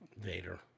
Vader